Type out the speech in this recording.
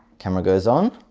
camera goes on